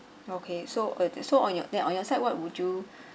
okay so uh so on your on your side what would you